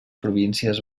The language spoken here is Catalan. províncies